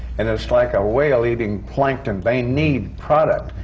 and it's like a whale eating plankton, they need product.